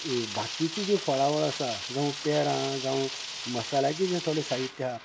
बाकिची जी फळावळ आसा जावं पेरां जावं मसाल्याची जे थोडें साहित्य हा